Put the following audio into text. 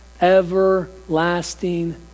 everlasting